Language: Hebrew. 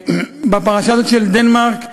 בפרשה הזאת של דנמרק,